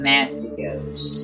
Mastigos